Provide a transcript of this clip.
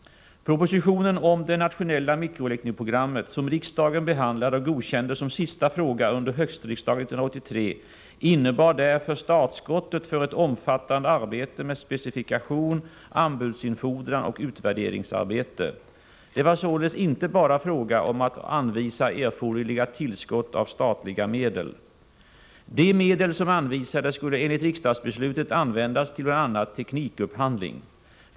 Propositionen om det nationella mikroelektronikprogrammet som riksdagen behandlade och godkände som sista fråga under höstriksdagen 1983 innebar därför startskottet för ett omfattande arbete med specifikation, anbudsinfordran och utvärderingsarbete. Det var således inte bara fråga om att anvisa erforderliga tillskott av statliga medel. De medel som anvisades skulle enligt riksdagsbeslutet användas till bl.a. teknikupphandling.